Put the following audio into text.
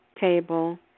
table